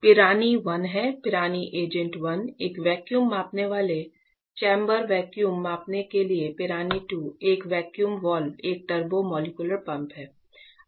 Pirani 1 है पिरानिक agent 1 एक वैक्यूम मापने वाला चैम्बर वैक्यूम मापने के लिए है पिरानी 2 एक और वैक्यूम वाल्व एक टर्बो मॉलिक्यूलर पंप है